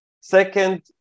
Second